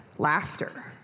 Laughter